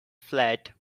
flat